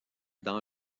dans